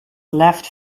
left